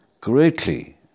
greatly